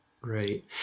right